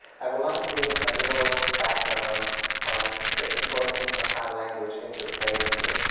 i would like to give a little background on the importance of how language interplays here.